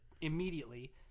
immediately